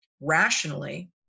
rationally